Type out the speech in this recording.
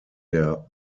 der